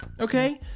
Okay